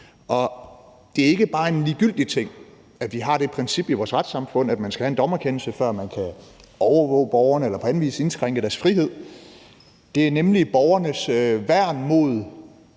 Det er ikke bare en ligegyldig ting, at vi har det princip i vores retssamfund, at man skal have en dommerkendelse, før man kan overvåge borgerne eller på anden vis indskrænke deres frihed. Det er nemlig borgernes værn mod